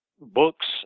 Books